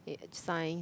it it science